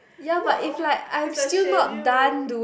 not what is a schedule